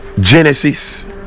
Genesis